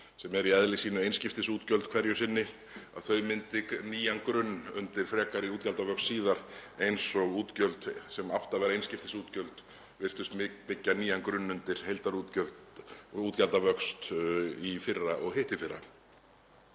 sem eru í eðli sínu einskiptisútgjöld hverju sinni, myndi nýjan grunn undir frekari útgjaldavöxt síðar eins og útgjöld sem áttu að vera einskiptisútgjöld virtust byggja nýjan grunn undir útgjaldavöxt í fyrra og hittiðfyrra.